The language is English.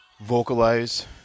vocalize